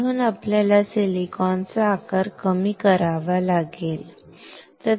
म्हणून आपल्याला सिलिकॉनचा आकार कमी करावा लागेल